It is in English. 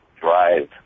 drive